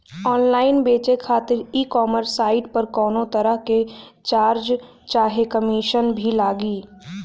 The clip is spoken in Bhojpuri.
ऑनलाइन बेचे खातिर ई कॉमर्स साइट पर कौनोतरह के चार्ज चाहे कमीशन भी लागी?